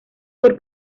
por